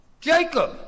Jacob